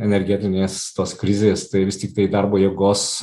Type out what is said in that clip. energetinės tos krizės tai vistiktai darbo jėgos